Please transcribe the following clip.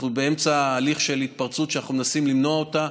אנחנו באמצע תהליך של התפרצות שאנחנו מנסים למנוע אותה.